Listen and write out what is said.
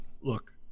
look